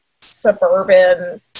suburban